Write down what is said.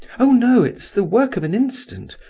oh no it's the work of an instant.